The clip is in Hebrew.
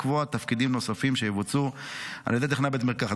לקבוע תפקידים נוספים שיבוצעו על ידי טכנאי בית מרקחת.